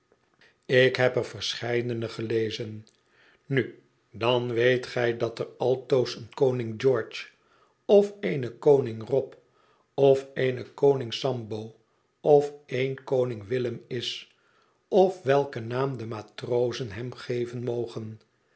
rk heb er verscheidene gelezen nu dan weet gij dat er altoos een koning george of een koning rob of een koning sambo of een koning willem is of welken naam de matrozen hem geven mogen